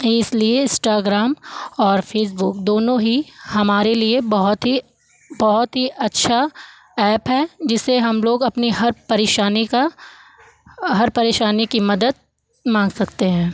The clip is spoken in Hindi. इसलिए इस्टाग्राम और फ़ेसबुक दोनो ही हमारे लिए बहुत ही बहुत ही अच्छा एप है जिसे हम लोग अपनी हर परेशानी का हर परेशानी की मदद माँग सकते हैं